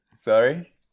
sorry